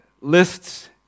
lists